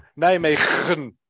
Nijmegen